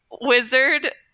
wizard